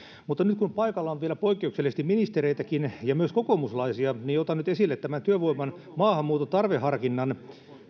nyt kun paikalla on vielä poikkeuksellisesti ministereitäkin ja myös kokoomuslaisia otan esille työvoiman maahanmuuton tarveharkinnan